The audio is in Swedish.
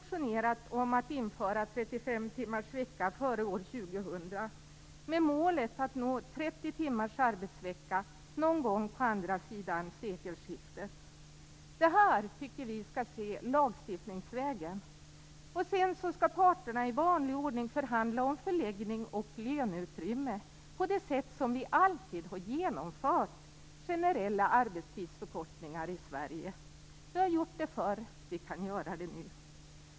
timmars vecka före år 2000 med målet att nå 30 timmars arbetsvecka någon gång på andra sidan sekelskiftet. Detta skall ske lagstiftningsvägen. Sedan skall parterna i vanlig ordning förhandla om förläggning och löneutrymme på det sätt som vi alltid genomfört generella arbetstidsförkortningar i Sverige. Vi har gjort det förr, och vi kan göra det nu.